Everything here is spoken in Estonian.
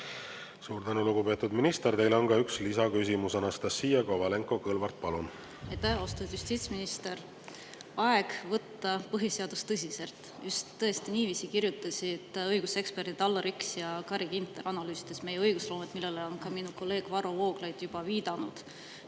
Suur tänu, lugupeetud minister! Teile on ka üks lisaküsimus. Anastassia Kovalenko-Kõlvart, palun! Aitäh! Austatud justiitsminister! Aeg võtta põhiseadust tõsiselt – just niiviisi kirjutasid õiguseksperdid Allar Jõks ja Carri Ginter, analüüsides meie õigusloomet, millele ka minu kolleeg Varro Vooglaid juba viitas.